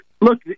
look